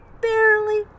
barely